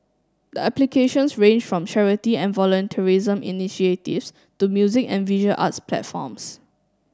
the applications ranged from charity and volunteerism initiatives to music and visual arts platforms